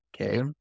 Okay